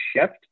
shift